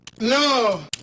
no